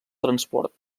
transport